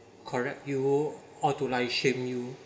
correct you or to like shame you